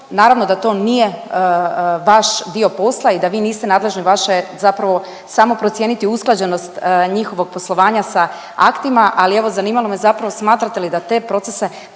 naravno da to nije vaš dio posla i da vi niste nadležni, vaše je zapravo samo procijeniti usklađenost njihovog poslovanja sa aktima, ali evo zanimalo me zapravo smatrate li da te procese